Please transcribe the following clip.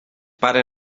para